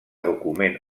document